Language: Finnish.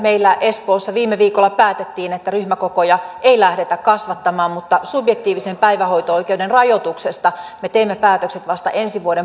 meillä espoossa viime viikolla päätettiin että ryhmäkokoja ei lähdetä kasvattamaan mutta subjektiivisen päivähoito oikeuden rajoituksesta me teemme päätökset vasta ensi vuoden puolella